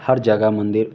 हर जगह मंदिर